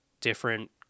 different